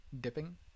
Dipping